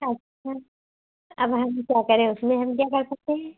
अच्छा अब हम क्या करें उसमें हम क्या कर सकते हैं